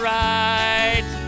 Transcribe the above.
right